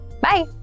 Bye